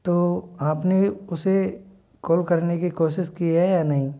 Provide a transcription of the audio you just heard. तो आपने उसे कॉल करने की कोशिश की है या नहीं